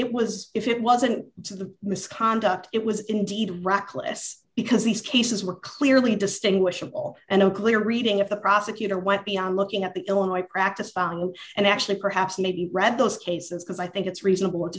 it was if it wasn't for the misconduct it was indeed reckless because these cases were clearly distinguishable and a clear reading of the prosecutor went beyond looking at the illinois practice and actually perhaps maybe read those cases because i think it's reasonable